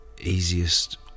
easiest